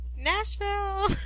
Nashville